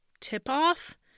tip-off